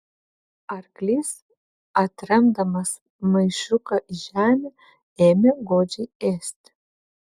arklys atremdamas maišiuką į žemę ėmė godžiai ėsti